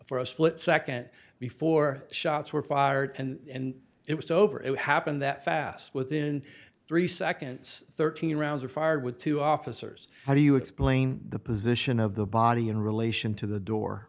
for a split second before shots were fired and it was over it happened that fast within three seconds thirteen rounds were fired with two officers how do you explain the position of the body in relation to the door